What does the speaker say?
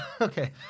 Okay